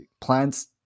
Plants